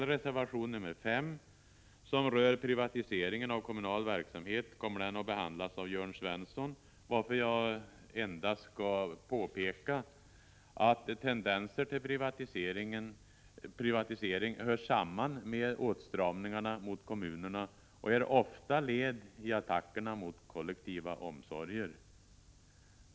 Reservation nr 5, som rör privatiseringen av kommunal verksamhet, kommer att behandlas av Jörn Svensson, varför jag endast skall påpeka att tendenser till privatisering hör samman med åtstramningarna mot kommunerna och ofta är led i attackerna mot kollektiva omsorger.